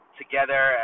together